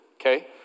okay